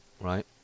Right